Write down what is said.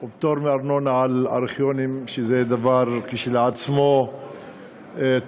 פטור מארנונה על ארכיונים, שזה דבר כשלעצמו טוב,